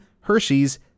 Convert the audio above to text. Hershey's